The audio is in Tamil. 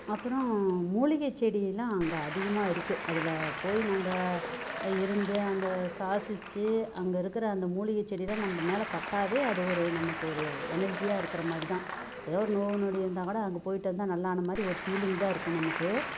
அப்புறம் மூலிகை செடியெலாம் அங்கே அதிகமாக இருக்குது அதில் போய் நம்ம இருந்து அந்த சுவாசித்து அங்கே இருக்கிற அந்த மூலிகை செடியெலாம் நம்ம மேலே பட்டாவே அது ஒரு நமக்கு ஒரு எனெர்ஜியாக இருக்கிற மாதிரி தான் ஏதோ ஒரு நோய் நொடி இருந்தால் கூட அங்கே போய்விட்டு வந்தால் நல்லா ஆன மாதிரி ஒரு ஃபீலிங் தான் இருக்கும் நமக்கு